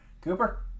Cooper